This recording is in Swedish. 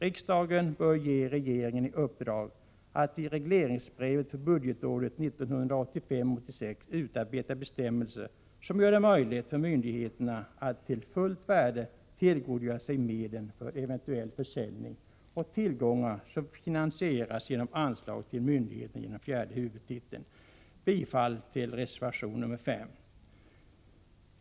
Riksdagen bör ge regeringen i uppdrag att i regleringsbrevet för budgetåret 1985/86 utarbeta bestämmelser som gör det möjligt för en myndighet att vid eventuell försäljning tillgodogöra sig fulla värdet av tillgångar som finansierats genom anslag till myndigheten i fråga inom fjärde huvudtiteln. Jag yrkar bifall till reservation 5.